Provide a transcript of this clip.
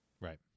right